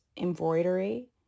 embroidery